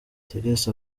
therese